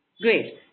Great